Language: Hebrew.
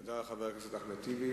תודה לחבר הכנסת אחמד טיבי.